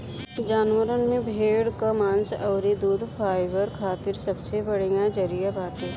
जानवरन में भेड़ कअ मांस अउरी दूध फाइबर खातिर सबसे बढ़िया जरिया बाटे